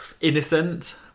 innocent